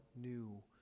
new